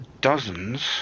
dozens